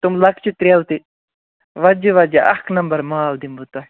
تِم لۄکچہِ تریلہٕ تہِ وۄزجہِ وۄزجہِ اکھ نَمبر مال دِمہٕ بہٕ تۄہہِ